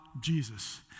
Jesus